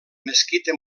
mesquita